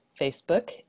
Facebook